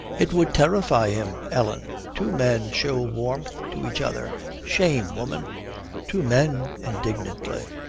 it would terrify him, ellen. two men show warmth to each other! shame, woman two men indignantly.